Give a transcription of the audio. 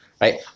right